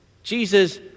Jesus